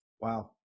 Wow